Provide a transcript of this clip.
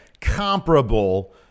comparable